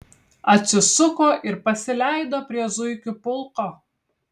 atsisuko ir pasileido prie zuikių pulko